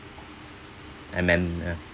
amendme~